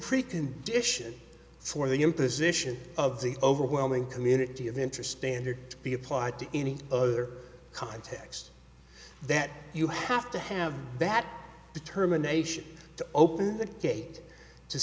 precondition for the imposition of the overwhelming community of interest dander to be applied to any other context that you have to have that determination to open the gate to